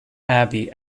abbey